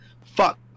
fuck